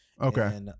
okay